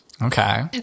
Okay